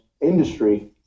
industry